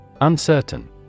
Uncertain